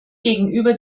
gegenüber